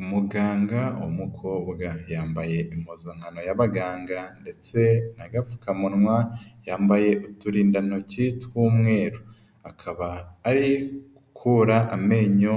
Umuganga w'umukobwa yambaye impuzankano y'abaganga ndetse n'agapfukamunwa, yambaye uturindantoki tw'umweru, akaba ari gukura amenyo